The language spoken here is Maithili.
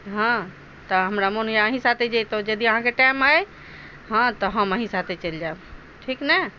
हँ तऽ हमरा मोन होइयै अहीँ साथे जैतहुँ यदि अहाँके टाइम अछि हँ तऽ हम अहीँ साथे चलि जैब ठीक ने